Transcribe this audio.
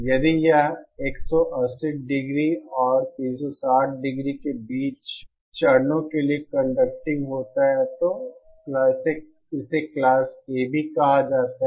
यदि यह 180 डिग्री और 360 डिग्री के बीच चरणों के लिए कंडक्टिंग होता है तो इसे क्लास AB कहा जाता है